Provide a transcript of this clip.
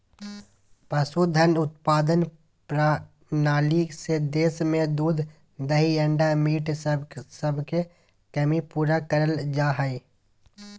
पशुधन उत्पादन प्रणाली से देश में दूध दही अंडा मीट सबके कमी पूरा करल जा हई